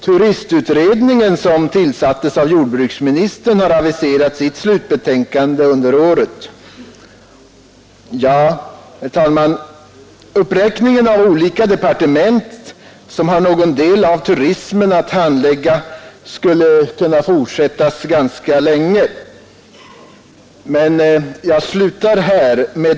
Turistutredningen, som tillsatts av jordbruksministern, har aviserat sitt slutbetänkande under året. Ja, herr talman, uppräkningen av olika departement som har någon del av turismen att handlägga skulle kunna fortsätta ganska länge.